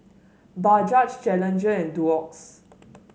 Bajaj Challenger and Doux